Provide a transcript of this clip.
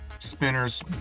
spinners